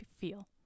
feel